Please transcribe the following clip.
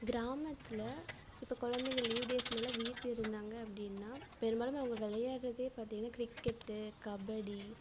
கிராமத்தில் இப்போ குழந்தைங்க லீவ் டேஸ்லலாம் வீட்டில் இருந்தாங்க அப்படின்னா பெரும்பாலும் அவங்க விளையாடுறதே பார்த்திங்கன்னா கிரிக்கெட்டு கபடி